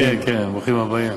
כן, ברוכים הבאים.